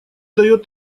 дает